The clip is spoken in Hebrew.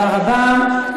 תודה רבה.